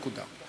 נקודה.